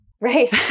Right